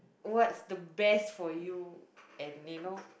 what's the best for you and you know